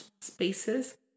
spaces